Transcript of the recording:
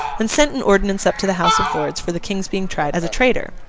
and sent an ordinance up to the house of lords for the king's being tried as a traitor.